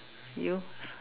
you